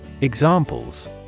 Examples